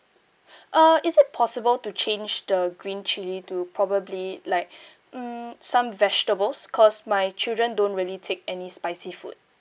uh is it possible to change the green chilli to probably like mm some vegetables because my children don't really take any spicy food